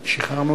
ההצעה להעביר את